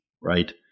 right